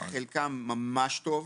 חלקן ממש טוב,